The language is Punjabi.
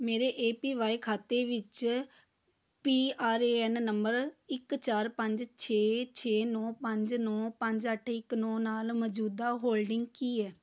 ਮੇਰੇ ਏ ਪੀ ਬਾਏ ਖਾਤੇ ਵਿੱਚ P R A N number ਇੱਕ ਚਾਰ ਪੰਜ ਛੇ ਛੇ ਨੌਂ ਪੰਜ ਨੌਂ ਪੰਜ ਅੱਠ ਇੱਕ ਨੌਂ ਨਾਲ ਮੌਜੂਦਾ ਹੋਲਡਿੰਗ ਕੀ ਹੈ